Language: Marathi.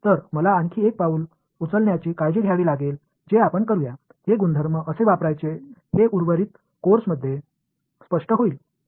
तर मला आणखी एक पाऊल उचलण्याची काळजी घ्यावी लागेल जे आपण करूया हे गुणधर्म कसे वापरायचे हे उर्वरित कोर्समध्ये स्पष्ट होईल